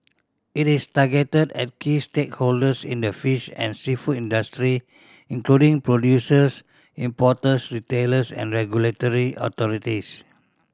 it is targeted at key stakeholders in the fish and seafood industry including producers importers retailers and regulatory authorities